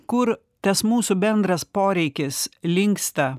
kur tas mūsų bendras poreikis linksta